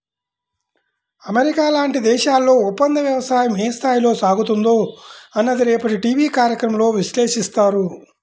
America లాంటి దేశాల్లో ఒప్పందవ్యవసాయం ఏ స్థాయిలో సాగుతుందో అన్నది రేపటి టీవీ కార్యక్రమంలో విశ్లేషిస్తారు